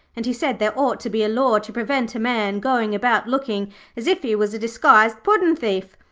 and he said there ought to be a law to prevent a man going about looking as if he was a disguised puddin'-thief.